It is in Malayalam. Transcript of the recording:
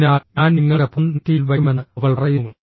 അതിനാൽ ഞാൻ നിങ്ങളുടെ ഫോൺ നെറ്റിയിൽ വയ്ക്കുമെന്ന് അവൾ പറയുന്നു